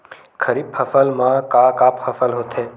खरीफ फसल मा का का फसल होथे?